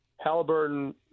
Halliburton